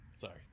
Sorry